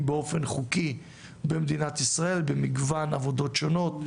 באופן חוקי במדינת ישראל במגוון עבודות שונות,